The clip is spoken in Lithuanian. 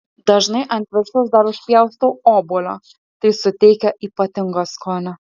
dažnai ant viršaus dar užpjaustau obuolio tai suteikia ypatingo skonio